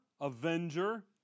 avenger